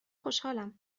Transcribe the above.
خوشحالم